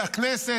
הכנסת,